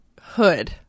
Hood